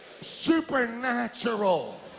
supernatural